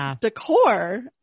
decor